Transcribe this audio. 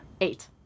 Eight